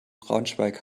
braunschweig